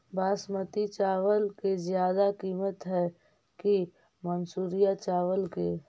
बासमती चावल के ज्यादा किमत है कि मनसुरिया चावल के?